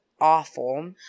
awful